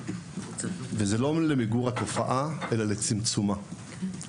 לא למיגור התופעה אלא לצמצומה.